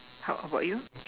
how about you